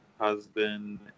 husband